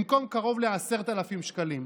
במקום קרוב ל-10,000 שקלים,